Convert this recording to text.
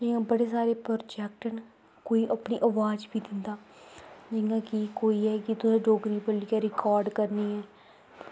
हून बड़े सारे प्रोजेक्ट न कोई अपनी अवाज़ बी दिंदा जियां कि कोई होई गेआ तुसें डोगरी बोलियै रकार्ड करनी ऐ